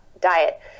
diet